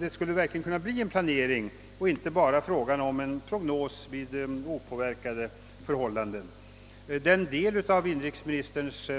Det skulle verkligen kunna bli en planering och inte bara en prognos vid opåverkade förhållanden. Den del av inrikesministerns